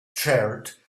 charred